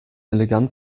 elegant